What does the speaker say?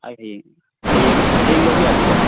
ꯑꯩ ꯍꯌꯦꯡ ꯍꯌꯦꯡ ꯍꯌꯦꯡ ꯂꯧꯕ ꯌꯥꯅꯤꯀꯣ